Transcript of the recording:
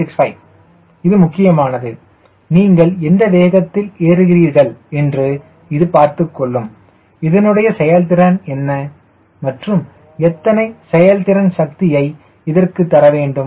465 இது முக்கியமானது நீங்கள் எந்த வேகத்தில் ஏறுகிறீர்கள் என்று இது பார்த்துக் கொள்ளும் இதனுடைய செயல்திறன் என்ன மற்றும் எத்தனை செயல்திறன் சக்தியை இதற்கு தரவேண்டும்